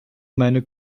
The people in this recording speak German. meine